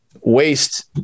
waste